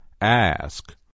Ask